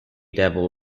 devil